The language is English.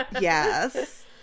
yes